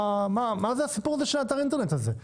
מה זה הסיפור של אתר האינטרנט הזה?